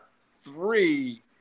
three